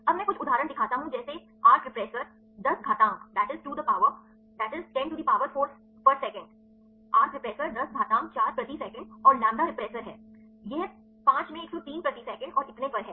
अब मैं कुछ उदाहरण दिखाता हूं जैसे अर्क रेप्रेसर 10 घातांक चार प्रति सेकंड और लैम्ब्डा रेप्रेसर है यह 5 में 103 प्रति सेकंड और इतने पर है